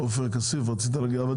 עופר כסיף, רצית לומר משהו?